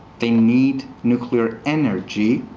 they need nuclear energy.